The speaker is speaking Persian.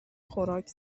خوراک